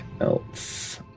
else